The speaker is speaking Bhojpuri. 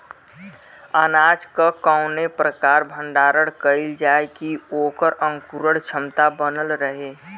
अनाज क कवने प्रकार भण्डारण कइल जाय कि वोकर अंकुरण क्षमता बनल रहे?